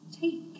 Take